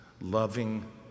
loving